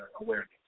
awareness